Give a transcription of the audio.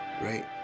right